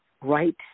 right